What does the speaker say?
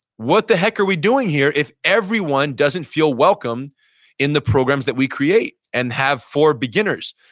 what the heck are we doing here if everyone doesn't feel welcome in the programs that we create and have for beginners?